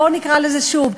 בואו נקרא לזה שוב,